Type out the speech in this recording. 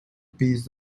pis